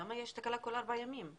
למה יש תקלה כל ארבעה ימים?